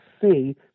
see